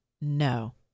No